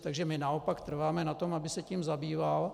Takže my naopak trváme na tom, aby se tím zabýval.